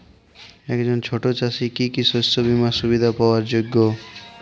একজন ছোট চাষি কি কি শস্য বিমার সুবিধা পাওয়ার যোগ্য?